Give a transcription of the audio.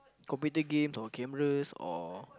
computer games or cameras or